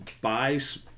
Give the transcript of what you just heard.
buys